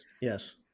Yes